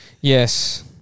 Yes